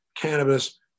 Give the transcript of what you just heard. cannabis